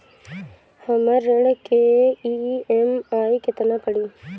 हमर ऋण के ई.एम.आई केतना पड़ी?